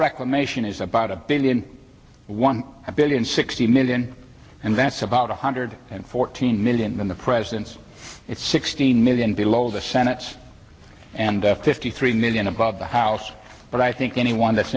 reclamation is about a billion one billion sixty million and that's about one hundred fourteen million in the president's it's sixteen million below the senate's and fifty three million above the house but i think anyone that's